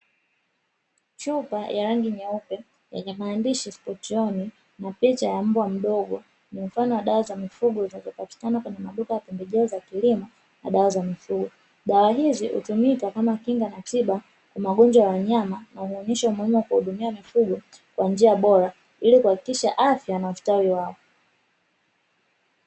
Chupa ya rangi nyeupe yenye maandishi “spoton” na picha ya mbwa mdogo, ni mfano wa dawa za mifugo zinazopatikana kwenye maduka ya pembejeo za kilimo na dawa za mifugo. Dawa hizi hutumika kama kinga na tiba ya magonjwa ya wanyama, na huonyesha umuhimu wa kuwahudumia mifugo kwa njia bora ili kuhakikisha afya na ustawi wao.